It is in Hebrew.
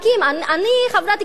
אני חברת כנסת,